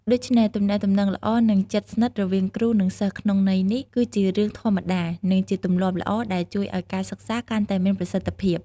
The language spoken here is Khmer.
ដូច្នេះ ទំនាក់ទំនងល្អនិងជិតស្និទ្ធរវាងគ្រូ និងសិស្សក្នុងន័យនេះ គឺជារឿងធម្មតា និងជាទម្លាប់ល្អដែលជួយឱ្យការសិក្សាកាន់តែមានប្រសិទ្ធភាព។